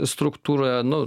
struktūroje nu